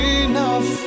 enough